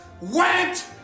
went